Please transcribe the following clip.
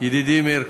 ידידי מאיר כהן,